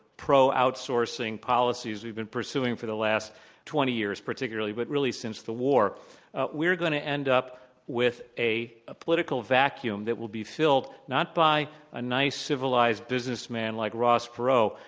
pro-outsourcing policies we've been pursuing for the last twenty years particularly but really since the war we're going to end up with a a political vacuum that will be filled not by a nice, civilized businessman like ross perot,